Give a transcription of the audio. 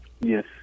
Yes